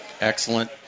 excellent